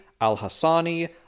al-Hassani